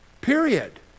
Period